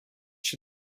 się